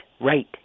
right